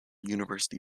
university